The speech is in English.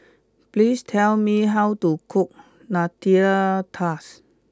please tell me how to cook Nutella Tart